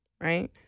right